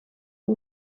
uyu